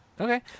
Okay